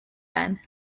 then